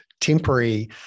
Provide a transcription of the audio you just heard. temporary